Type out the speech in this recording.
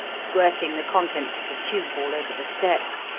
squirting the contents of the tube all over the steps,